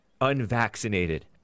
unvaccinated